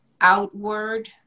outward